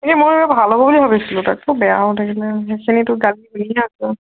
এই মই আৰু ভাল হ'ব বুলি ভাবিছিলোঁ তাতো বেয়া হৈ থাকিলে